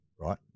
right